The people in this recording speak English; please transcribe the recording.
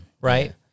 Right